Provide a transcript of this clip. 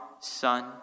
Son